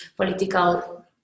political